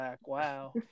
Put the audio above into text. Wow